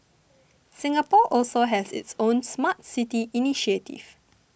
Singapore also has its own Smart City initiative